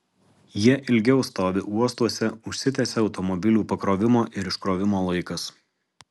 jie ilgiau stovi uostuose užsitęsia automobilių pakrovimo ir iškrovimo laikas